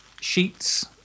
sheets